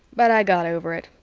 but i got over it.